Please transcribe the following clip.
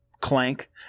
Clank